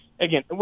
again